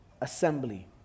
assembly